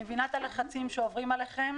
אני מבינה את הלחצים שעוברים עליכם